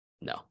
no